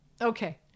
Okay